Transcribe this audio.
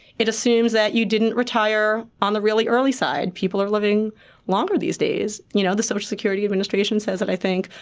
it assumes that you didn't retire on the really early side. people are living longer these days. you know the social security administration says that, i think,